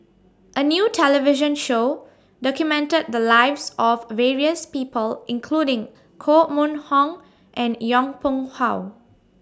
A New television Show documented The Lives of various People including Koh Mun Hong and Yong Pung How